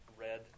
red